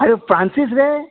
आरे फ्रानसीस रे